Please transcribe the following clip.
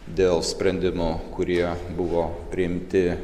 dėl sprendimų kurie buvo priimti